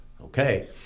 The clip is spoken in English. okay